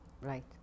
Right